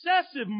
excessive